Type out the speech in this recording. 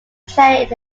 player